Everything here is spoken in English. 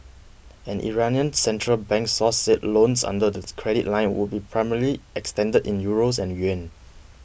an Iranian central bank source said loans under the credit line would be primarily extended in Euros and yuan